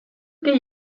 que